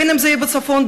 בין שזה יהיה בצפון,